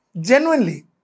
genuinely